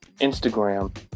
Instagram